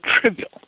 trivial